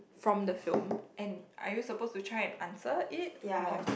from the film and I used to suppose try to answer it or